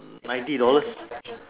ninety dollars